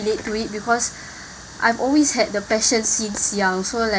relate to it because I've always had the passion since young so like